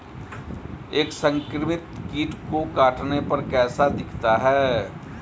एक संक्रमित कीट के काटने पर कैसा दिखता है?